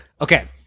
Okay